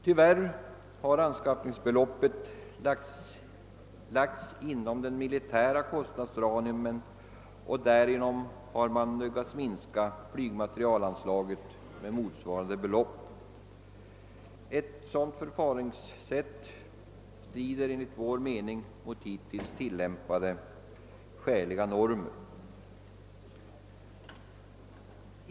Tyvärr har anskaffningsbeloppet lagts inom försvarets kostnadsram, och därför har man nödgats minska flygmaterielanslaget med motsvarande belopp. Ett sådant förfaringssätt strider enligt vår mening mot hittills tillämpade skäliga normer.